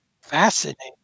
fascinating